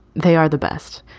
they are the best.